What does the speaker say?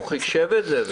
הוא חישב את זה.